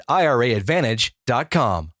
iraadvantage.com